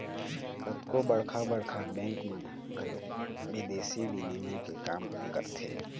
कतको बड़का बड़का बेंक मन ह घलोक बिदेसी बिनिमय के काम करथे